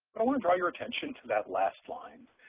i want to draw your attention to that last line,